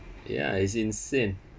ya is insane